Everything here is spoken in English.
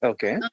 Okay